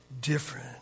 different